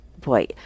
boy